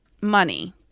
money